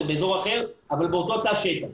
זה באזור אחר אבל באותו תא שטח.